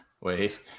Wait